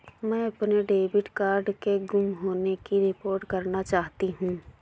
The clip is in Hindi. मैं अपने डेबिट कार्ड के गुम होने की रिपोर्ट करना चाहती हूँ